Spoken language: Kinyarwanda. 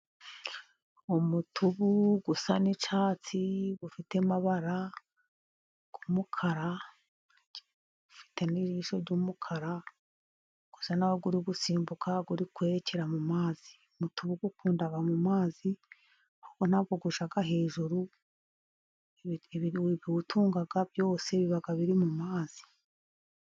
Umutubu usa n'icyatsi ,ufite amabara y'umukara, ufite n'ijisho y'umukara, usa nkaho uri gusimbuka uri kwerekera mu mazi. Umutubu ukunda mu mazi kuko ntabwo ujya hejuru, ibiwutunga byose biba biri mu mazi.